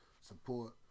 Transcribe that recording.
support